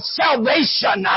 salvation